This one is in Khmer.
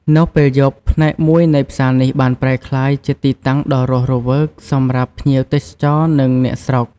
នៅពេលយប់ ផ្នែកមួយនៃផ្សារនេះបានប្រែក្លាយជាទីតាំងដ៏រស់រវើកសម្រាប់ភ្ញៀវទេសចរ និងអ្នកស្រុក។